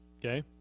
okay